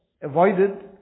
avoided